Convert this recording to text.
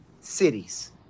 cities